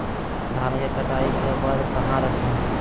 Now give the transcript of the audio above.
धान के कटाई के बाद कहा रखें?